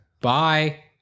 bye